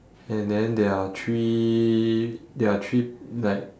and then there are three there are three like